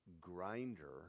grinder